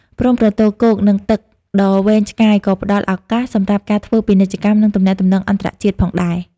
ព្រំប្រទល់គោក និងទឹកដ៏វែងឆ្ងាយក៏ផ្តល់ឱកាសសម្រាប់ការធ្វើពាណិជ្ជកម្ម និងទំនាក់ទំនងអន្តរជាតិផងដែរ។